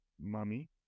mummy